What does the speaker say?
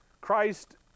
Christ